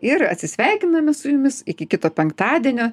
ir atsisveikiname su jumis iki kito penktadienio